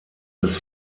des